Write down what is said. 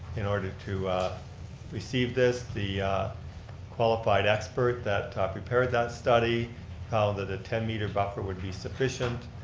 in order to receive this, the qualified expert that ah prepared that study found that a ten meter buffer would be sufficient.